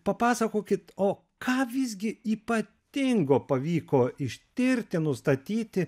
papasakokit o ką visgi ypatingo pavyko ištirti nustatyti